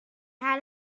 how